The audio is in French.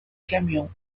camion